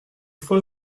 faut